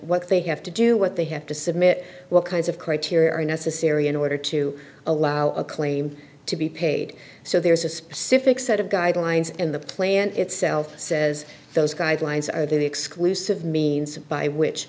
what they have to do what they have to submit what kinds of criteria are necessary in order to allow a claim to be paid so there's a specific set of guidelines in the plant itself says those guidelines are the exclusive means by which